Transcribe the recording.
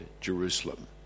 Jerusalem